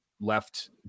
left